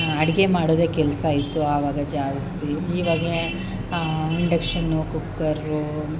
ಅಡುಗೆ ಮಾಡೋದೆ ಕೆಲಸ ಇತ್ತು ಆವಾಗ ಜಾಸ್ತಿ ಇವಾಗ ಆ ಇಂಡಕ್ಷನ್ನು ಕುಕ್ಕರು